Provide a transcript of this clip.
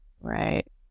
Right